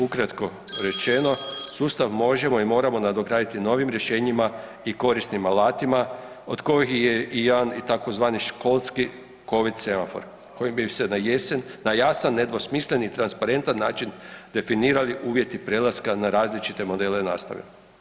Ukratko rečeno, sustav možemo i moramo nadograditi novim rješenjima i korisnim alatima od kojih je i jedan tzv. školski Covid semafor kojim bi se na jesen na jasan, nedvosmislen i transparentan način definirali uvjeti prelaska na različite modele nastave.